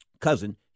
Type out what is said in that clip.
cousin